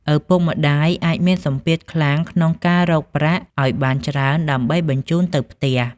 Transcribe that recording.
ឪពុកម្ដាយអាចមានសម្ពាធខ្លាំងក្នុងការរកប្រាក់ឱ្យបានច្រើន ដើម្បីបញ្ជូនទៅផ្ទះ។